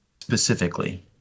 specifically